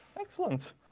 Excellent